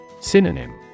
Synonym